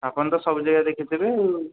ଆପଣ ତ ସବୁ ଜାଗା ଦେଖିଥିବେ ଆଉ